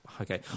okay